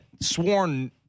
sworn